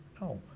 No